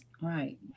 right